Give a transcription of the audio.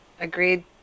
agreed